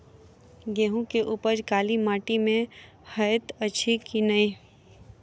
गेंहूँ केँ उपज काली माटि मे हएत अछि की नै?